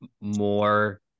more